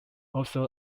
also